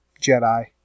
Jedi